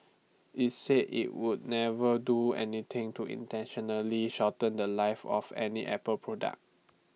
IT said IT would never do anything to intentionally shorten The Life of any Apple product